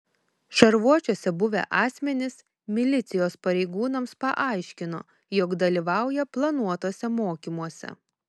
šarvuočiuose buvę asmenys milicijos pareigūnams paaiškino jog dalyvauja planuotuose mokymuose